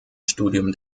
studium